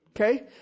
Okay